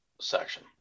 section